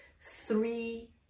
three